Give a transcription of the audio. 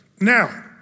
Now